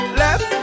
left